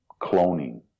cloning